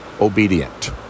obedient